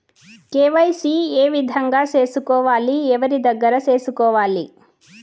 KYC ఏ విధంగా సేసుకోవాలి? ఎవరి దగ్గర సేసుకోవాలి?